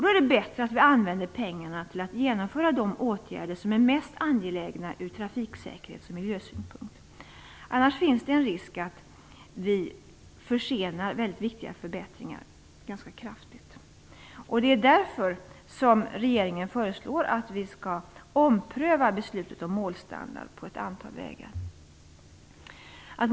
Då är det bättre att vi använder pengarna till att genomföra de åtgärder som är mest angelägna från trafiksäkerhets och miljösynpunkt. Annars finns det en risk för att vi kraftigt försenar viktiga förbättringar. Det är därför som regeringen föreslår en omprövning av beslutet om målstandard på ett antal vägar.